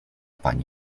pani